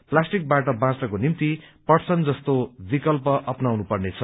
प्लास्टिकबाट बाँच्नको निम्ति पटसन जस्तो विकल्प अप्नाउनु पर्नेछ